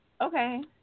Okay